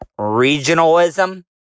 regionalism